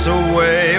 away